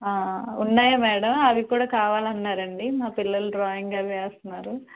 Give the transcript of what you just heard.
ఉన్నాయా మేడం అవి కూడా కావాలన్నారండి మా పిల్లలు డ్రాయింగ్ అవి వేస్తున్నారు